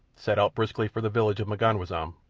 set out briskly for the village of m'ganwazam,